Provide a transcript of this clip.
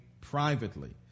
privately